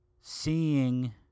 seeing